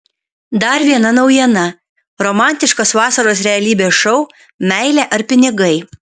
dar viena naujiena romantiškas vasaros realybės šou meilė ar pinigai